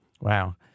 Wow